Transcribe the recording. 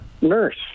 Nurse